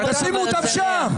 שימו אותם שם.